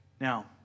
now